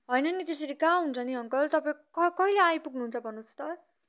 होइन नि त्यसरी कहाँ हुन्छ नि अङ्कल तपाईँ कहिले आइपुग्नु हुन्छ भन्नुहोस् त